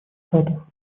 штатов